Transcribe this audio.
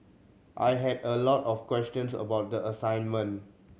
I had a lot of questions about the assignment